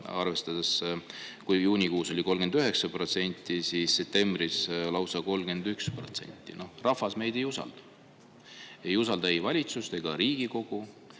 võrreldes – kui juunikuus oli 39%, siis septembris lausa 31%. Rahvas meid ei usalda, ei usalda ei valitsust ega Riigikogu